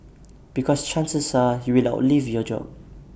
because chances are you will outlive your job